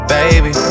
Baby